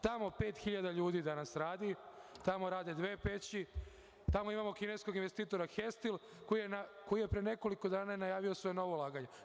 Tamo radi danas 5.000 ljudi, tamo rade dve peći, tamo imamo kineskog investitora „Hestil“ koji je pre nekoliko dana najavio svoje novo ulaganje.